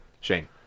Shane